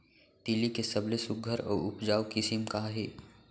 तिलि के सबले सुघ्घर अऊ उपजाऊ किसिम का हे?